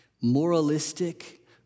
moralistic